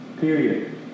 Period